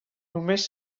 només